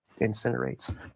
Incinerates